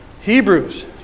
Hebrews